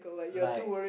like